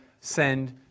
send